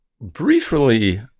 briefly